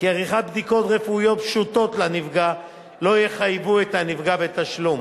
כי עריכת בדיקות רפואיות פשוטות לנפגע לא יחייבו את הנפגע בתשלום.